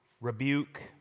rebuke